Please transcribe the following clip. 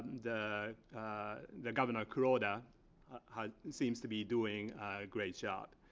the the governor kuroda ah seems to be doing a great job.